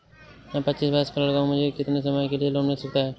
मैं पच्चीस वर्ष का लड़का हूँ मुझे कितनी समय के लिए लोन मिल सकता है?